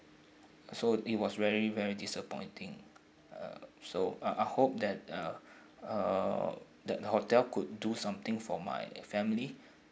so it was very very disappointing uh so ah I hope that uh uh the hotel could do something for my family